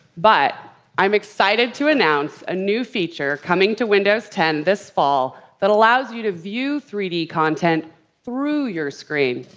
but i'm excited to announce a new feature coming to windows ten this fall that allows you to view three d content through your screen.